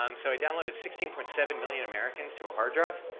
um so i downloaded sixteen point seven million americans to a hard drive.